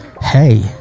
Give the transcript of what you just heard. hey